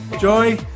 Joy